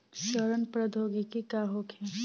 सड़न प्रधौगकी का होखे?